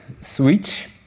switch